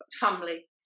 family